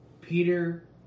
Peter